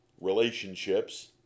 relationships